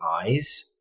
eyes